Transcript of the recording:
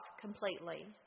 completely